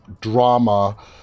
drama